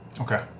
okay